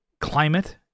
climate